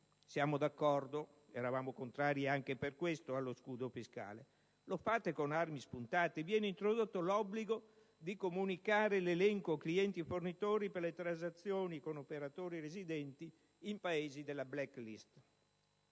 siamo d'accordo, eravamo contrari anche per questo allo scudo fiscale. Però lo fate con armi spuntate: viene introdotto l'obbligo di comunicare l'elenco clienti e fornitori per le transazioni con operatori residenti in Paesi della *black list*,